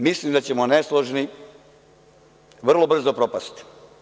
Mislim da ćemo nesložni vrlo brzo propasti.